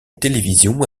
télévision